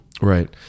right